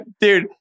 Dude